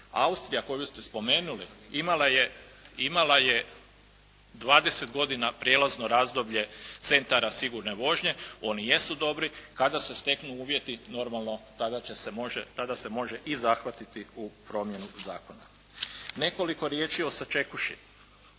Austrija koju ste spomenuli imala je 20 godina prijelazno razdoblje centara sigurne vožnje. Oni jesu dobri. Kada se steknu uvjeti, normalno tada se može i zahvatiti u promjenu zakona. Nekoliko riječi o sačekuši.